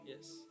Yes